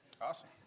Awesome